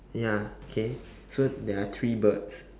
ya K so there are three birds